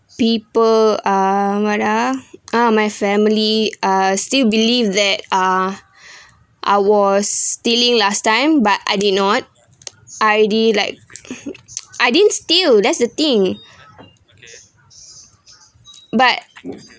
people ah mother ah my family are still believe that ah I was stealing last time but I did not I already like I didn't steal that's the thing but